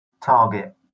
target